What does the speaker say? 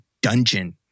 dungeon